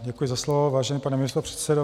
Děkuji za slovo, vážený pane místopředsedo.